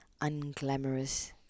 unglamorous